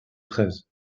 treize